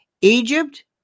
Egypt